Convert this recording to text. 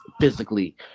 physically